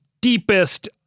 deepest